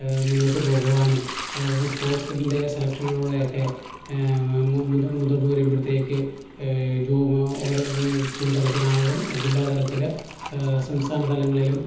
മുന്നോട്ട് പോകുവാനും അതോടൊപ്പം സ്പോർട്സിൻറ്റെ സെലക്ഷനിലൂടെയൊക്കെ മുതു മുതിർന്ന് വരുമ്പോഴത്തേക്ക് ജോബ് ഓരോ സ്ക്കൂള് തലത്തിലാണേലും ജില്ലാ തലത്തില് സംസ്ഥാനതലങ്ങളിലും